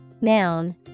noun